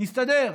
נסתדר.